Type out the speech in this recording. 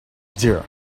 dear